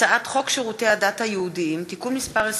הרשימה המשותפת, יש עתיד ומרצ להביע